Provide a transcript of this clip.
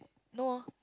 no ah